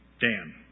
Dan